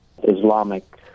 Islamic